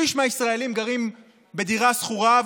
שליש מהישראלים גרים בדירה שכורה,